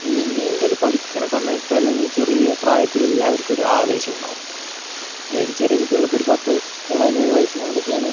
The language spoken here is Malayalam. ഈ നീന്തല് പഠിക്കുന്ന സമയത്തല്ലങ്കിൽ ചെറിയ പ്രായത്തില് എല്ലാവർക്കും ഒരാവേശം ഉണ്ടാകും അതായത് ചെറിയ കുട്ടികളിപ്പോൾ ഒരു പത്ത് പതിനേഴ് വയസ്സ് മുതലൊക്കെയാണേൽ